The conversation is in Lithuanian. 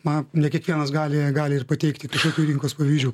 na ne kiekvienas gali gali ir pateikti kažkokių rinkos pavyzdžių